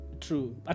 true